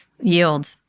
yield